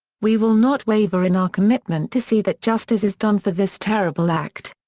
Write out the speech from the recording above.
we will not waver in our commitment to see that justice is done for this terrible act.